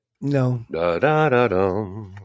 No